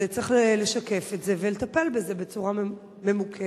צריך לשקף את זה ולטפל בזה בצורה ממוקדת.